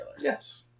Yes